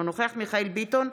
אינו נוכח מיכאל מרדכי ביטון,